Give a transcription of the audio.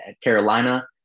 Carolina